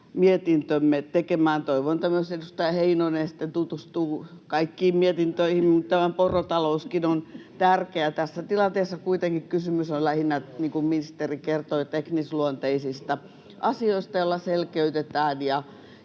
mietintömme tekemään. Toivon, että myös edustaja Heinonen sitten tutustuu kaikkiin mietintöihin — tämä porotalouskin on tärkeä. Tässä tilanteessa kuitenkin kysymys on lähinnä, niin kuin ministeri kertoi, teknisluonteisista asioista, joilla selkeytetään